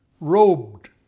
robed